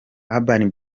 urban